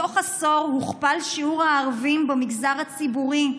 בתוך עשור הוכפל שיעור הערבים במגזר הציבורי,